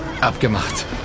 Abgemacht